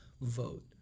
vote